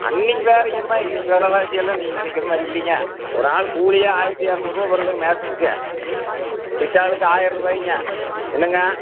அன்றைக்கு வேறங்கம்மா இன்றைக்கு விலைவாசியெல்லாம் நீங்கள் நினைக்குற மாதிரி இல்லைங்க ஒரு ஆள் கூலியே ஆயிரத்தி இரநூறுவா வருதுங்க மேஷனுக்கு சித்தாளுக்கு ஆயிரரூபாய்ங்க என்னங்க